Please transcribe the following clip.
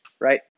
right